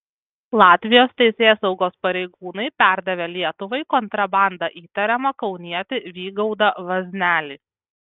latvijos teisėsaugos pareigūnai perdavė lietuvai kontrabanda įtariamą kaunietį vygaudą vaznelį